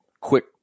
quick